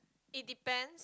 it depend